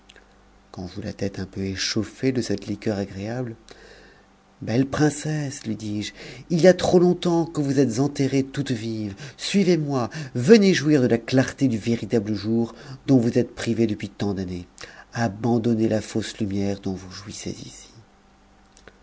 quand j'eus la tête un peu échauffée de cette liqueur agréable belle princesse lui dis-je il y a trop longtemps que vous êtes enterrée toute vive suivez-moi venez jouir de la clarté du véritable jour dont vous êtes privée depuis tant d'années abandonnez la fausse lumière dont vous jouissez ici